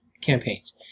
campaigns